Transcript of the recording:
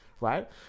right